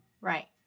Right